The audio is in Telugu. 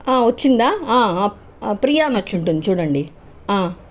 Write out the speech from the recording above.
వచ్చిందా ప్రియా అని ఒచ్చుంటుంది చూడండి